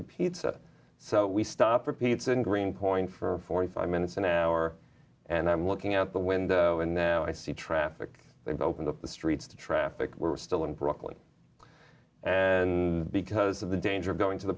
wanted pizza so we stopped for pizza in greenpoint for forty five minutes an hour and i'm looking out the window and now i see traffic they've opened up the streets to traffic we're still in brooklyn and because of the danger of going to the